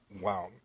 Wow